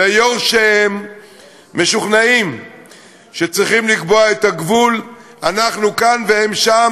כיורשיהם משוכנעים שצריכים לקבוע את הגבול אנחנו כאן והם שם,